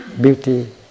beauty